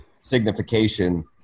signification